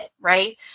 right